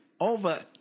over